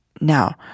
Now